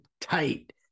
tight